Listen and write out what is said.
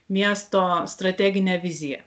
miesto strateginę viziją